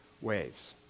ways